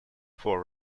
for